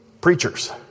preachers